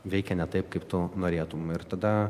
veikia ne taip kaip tu norėtum ir tada